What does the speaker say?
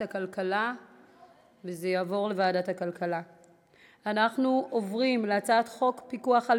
להעביר את הצעת חוק פיקוח על